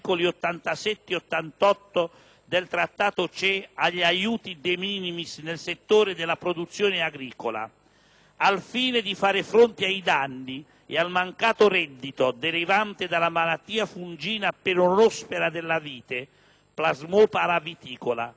del Trattato CE agli aiuti *de minimis* nel settore della produzione agricola, al fine di fare fronte ai danni e al mancato reddito derivante dalla malattia fungina Peronospora della vite (Plasmopara viticola), si provvede